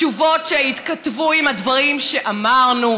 תשובות שיתכתבו עם הדברים שאמרנו,